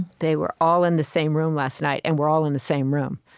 they were all in the same room last night and we're all in the same room